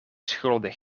schuldig